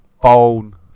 phone